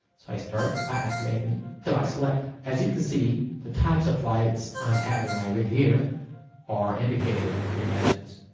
so i start by activating device select. as you can see, the types of lights i um have in my rig here are indicated with legends.